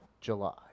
July